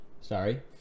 sorry